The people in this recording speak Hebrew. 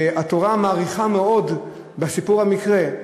והתורה מאריכה מאוד בסיפור המקרה,